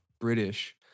British